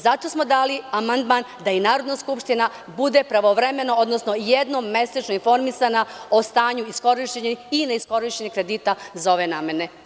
Zato smo dali amandman da Narodna skupština bude pravovremeno, odnosno jednom mesečno informisana o stanju iskorišćenih i neiskorišćenih kredita za ove namene.